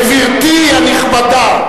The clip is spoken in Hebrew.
גברתי הנכבדה.